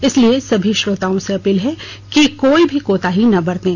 इसलिए सभी श्रोताओं से अपील है कि कोई भी कोताही ना बरतें